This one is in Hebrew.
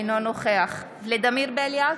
אינו נוכח ולדימיר בליאק,